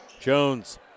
Jones